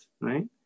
right